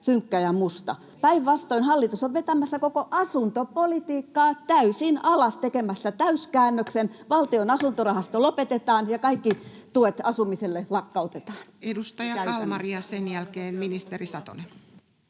Päinvastoin hallitus on vetämässä koko asuntopolitiikkaa täysin alas, tekemässä täyskäännöksen: Valtion asuntorahasto lopetetaan ja kaikki tuet asumiselle lakkautetaan. Edustaja Kalmari, ja sen jälkeen ministeri Satonen.